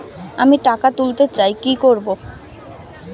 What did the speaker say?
আমি টাকা তুলতে চাই কি করব?